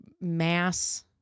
mass